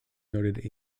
noted